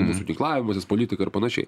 mūsų ginklavimasis politika ir panašiai